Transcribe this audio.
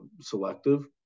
selective